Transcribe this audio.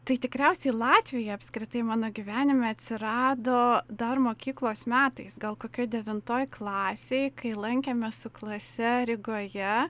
tai tikriausiai latvija apskritai mano gyvenime atsirado dar mokyklos metais gal kokioj devintoj klasėj kai lankėmės su klase rygoje